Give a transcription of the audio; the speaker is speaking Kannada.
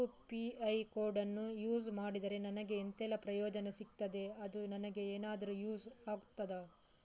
ಯು.ಪಿ.ಐ ಕೋಡನ್ನು ಯೂಸ್ ಮಾಡಿದ್ರೆ ನನಗೆ ಎಂಥೆಲ್ಲಾ ಪ್ರಯೋಜನ ಸಿಗ್ತದೆ, ಅದು ನನಗೆ ಎನಾದರೂ ಯೂಸ್ ಆಗ್ತದಾ?